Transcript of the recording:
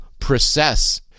process